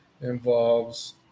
involves